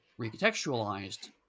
recontextualized